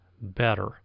better